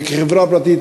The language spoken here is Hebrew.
החברה הפרטית,